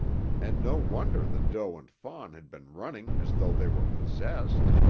and no wonder the doe and fawn had been running as though they were possessed.